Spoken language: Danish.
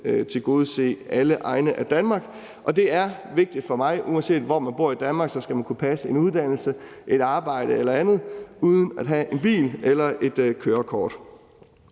tilgodese alle egne af Danmark. Og det er vigtigt for mig, at man, uanset hvor man bor i Danmark, skal kunne passe en uddannelse, et arbejde eller andet uden at have en bil eller et kørekort.